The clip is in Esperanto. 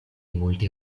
multe